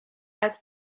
als